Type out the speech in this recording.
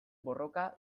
borroka